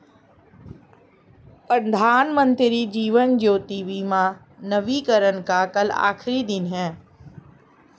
प्रधानमंत्री जीवन ज्योति बीमा नवीनीकरण का कल आखिरी दिन है